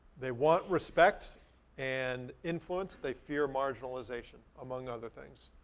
they want respect and influence. they fear marginalization among other things